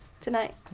tonight